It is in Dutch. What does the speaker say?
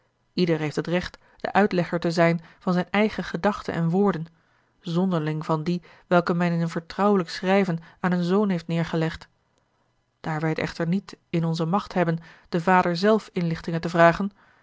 ieder heeft het recht de uitlegger te zijn van zijne eigene gedachten en woorden zonderling van die welke men in een vertrouwelijk schrijven aan een zoon heeft neêrgelegd daar wij het echter niet in onze macht hebben den vader zelf inlichtingen te vragen